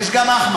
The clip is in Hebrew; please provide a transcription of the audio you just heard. יש גם אחמד.